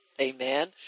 amen